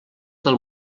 del